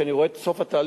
כשאני רואה את סוף התהליך,